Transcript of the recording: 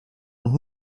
und